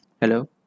Hello